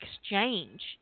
exchange